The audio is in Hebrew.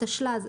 התשל"ז,